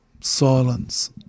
silence